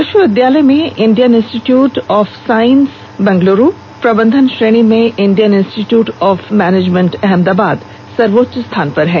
विश्वविद्यालय में Indian Institute of Science Bengaluru प्रबंधन श्रेणी में Indian Institute of Management Ahmedabad सर्वोच्च स्थान पर है